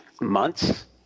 months